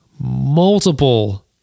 multiple